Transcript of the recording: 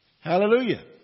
Hallelujah